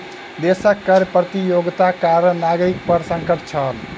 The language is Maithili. देशक कर प्रतियोगिताक कारणें नागरिक पर संकट छल